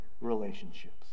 relationships